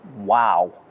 Wow